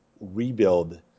rebuild